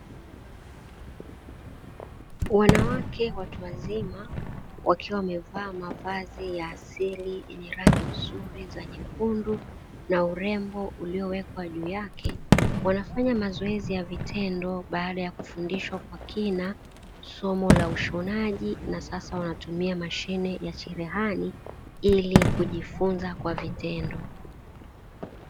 Wanawake watu wazima wakiwa wamevaa mavazi ya asili yenye rangi nzuri za nyekundu na urembo uliowekwa juu yake, wanafanya mazoezi ya vitendo baada ya kufundishwa kwa kina somo la ushonaji na sasa wanatumia mashine ya cherehani ili kujifunza kwa vitendo.